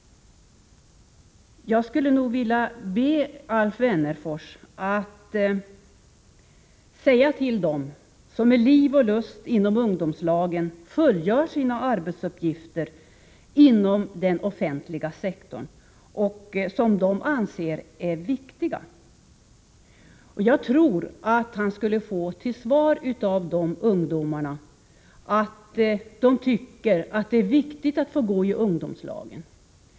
Jag skulle nog vilja be Alf Wennerfors att säga detta till dem som med liv och lust fullgör sina arbetsuppgifter i ungdomslagen inom den offentliga sektorn. Jag tror att han skulle få till svar av dessa ungdomar att de tycker det är viktigt att få gå i ungdomslag.